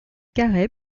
carey